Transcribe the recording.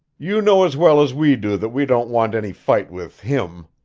you know as well as we do that we don't want any fight with him.